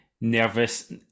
nervous